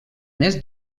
més